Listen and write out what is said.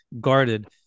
guarded